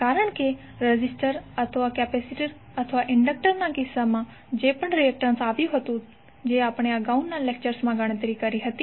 કારણ કે રેઝિસ્ટર અથવા કેપેસિટર અથવા ઇન્ડક્ટર ના કિસ્સામાં જે પણ રિએક્ટન્સ આવ્યું જે આપણે અગાઉના લેકચર્સ માં ગણતરી કરી છે